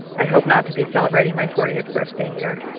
i hope not to be celebrating my fortieth birthday here